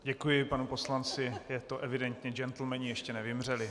Děkuji panu poslanci, je to evidentní, džentlmeni ještě nevymřeli.